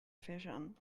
fission